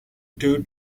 due